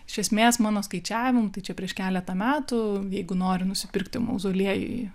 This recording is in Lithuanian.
iš esmės mano skaičiavimu tai čia prieš keletą metų jeigu nori nusipirkti mauzoliejui